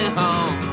home